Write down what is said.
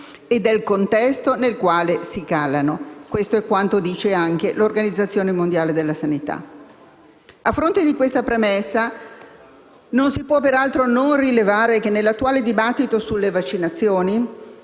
e del contesto in cui si calano. Questo è quanto affermato anche dalla Organizzazione mondiale della sanità. A fronte di questa premessa non si può peraltro non rilevare che nell'attuale dibattito sulle vaccinazioni